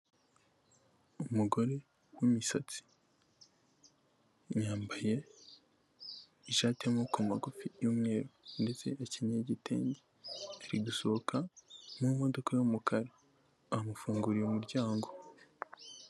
Umugore w'imisatsi, yambaye ishati y'amaboko magufi y'umweru ndetse akenyeye igitenge ari gusohoka mu modoka y'umukara bamufunguriye umuryango.